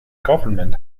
government